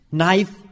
knife